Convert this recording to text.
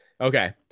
Okay